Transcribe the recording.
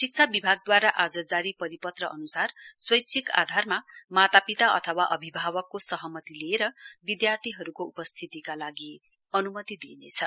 शिक्षा विभागदूवारा जारी परिपत्र अनुसार स्वैच्छिक आधारमा मातापिता अथवा अभिभावकको सहमति लिएर विद्यार्थीहरुको उपस्थितीका लागि अनुमति दिइनेछ